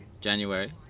January